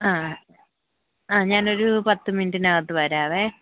ആ ആ ഞാൻ ഒരു പത്ത് മിനിറ്റിനകത്ത് വരാമേ